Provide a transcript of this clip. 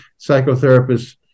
psychotherapists